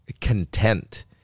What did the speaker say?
content